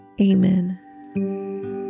Amen